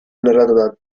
narrato